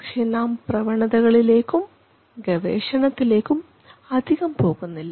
പക്ഷേ നാം പ്രവണതകളിലേക്ക്ഉം ഗവേഷണത്തിലേക്ക്ഉം അധികം പോകുന്നില്ല